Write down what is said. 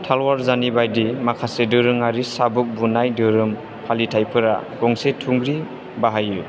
तल्वार जानी बायदि माखासे दोरोङारि साबुख बुनाय धोरोम फालिथायफोरा गंसे थुंग्रि बाहायो